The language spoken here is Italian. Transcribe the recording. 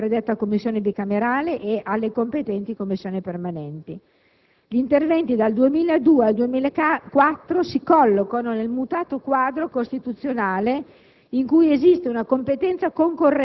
atti, questi, sottoposti al parere della predetta Commissione bicamerale e delle competenti Commissioni permanenti. Gli interventi dal 2002 al 2004 si collocano nel mutato quadro costituzionale,